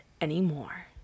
anymore